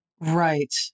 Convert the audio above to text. Right